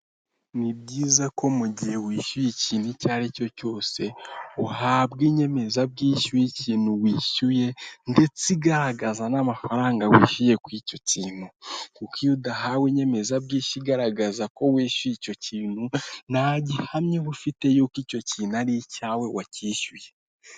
Ameza afite ibara ry'igitaka ariho indangururajwi ifite ibara ry'umukara, idarapo rifite ibara ry'ubururu, icyatsi ndetse n'umuhondo, hakaba hariho abantu babiri bicaye bambaye ikote rifite ibara ry'ubururu, karuvati ifite ibara ry'ubururu ndetse n'ishati y'umweru, ikoti ry'umukara, hakaba hariho ishati y'umweru na karavati ifite iba ry'umweru.